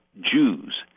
Jews